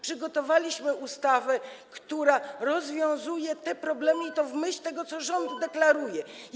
Przygotowaliśmy ustawę, która rozwiązuje te problemy, i to w myśl tego, co deklaruje rząd.